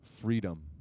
freedom